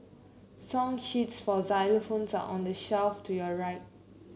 song sheets for xylophones are on the shelf to your right